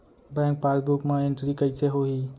Bank passbook मा entry कइसे होही?